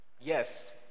Yes